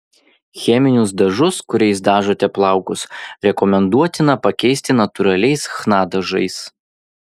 cheminius dažus kuriais dažote plaukus rekomenduotina pakeisti natūraliais chna dažais